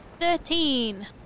Thirteen